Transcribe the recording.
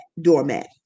doormat